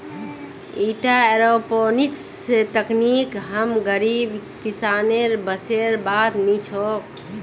ईटा एयरोपोनिक्स तकनीक हम गरीब किसानेर बसेर बात नी छोक